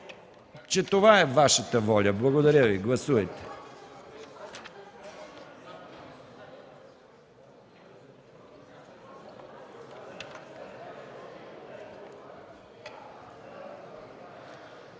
че това е Вашата воля. Благодаря Ви. Гласувайте.